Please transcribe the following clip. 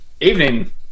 Evening